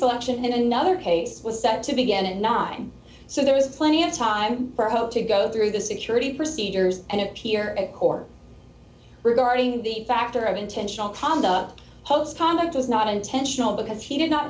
selection in another case was set to begin at nine so there was plenty of time for hope to go through the security procedures and appear at core regarding the factor of intentional calmed up post conduct was not intentional because he did not